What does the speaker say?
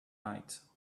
night